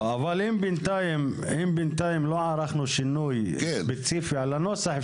אם בינתיים לא ערכנו שינוי ספציפי על הנוסח,